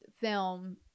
film